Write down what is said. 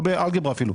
לא באלגברה אפילו.